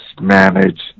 manage